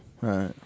right